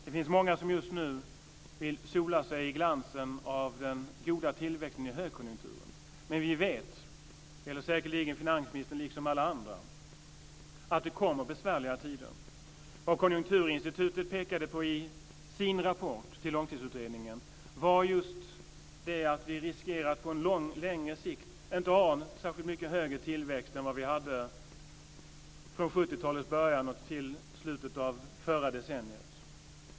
Det finns många som just nu vill sola sig i glansen av den goda tillväxten i högkonjunkturen. Men vi liksom säkerligen finansministern och alla andra vet att det kommer besvärliga tider. Det Konjunkturinstitutet pekade på i sin rapport till Långtidsutredningen var att vi riskerar att på längre sikt inte ha särskilt mycket högre tillväxt än vad vi hade från 70-talets början till slutet av förra decenniet.